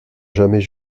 jamais